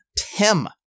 Tim